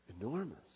Enormous